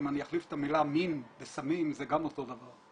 אם אחליף את המילה "מין" ב"סמים" זה גם אותו דבר.